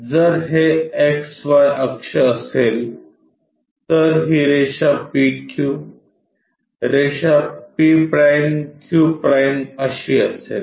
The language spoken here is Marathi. जर हे एक्स वाय अक्ष असेल तर ही रेषा pq रेषा p'q' अशी असेल